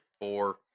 four